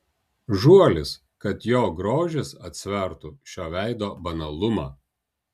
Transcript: žuolis kad jo grožis atsvertų šio veido banalumą